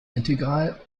integral